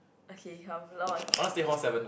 okay come now my my turn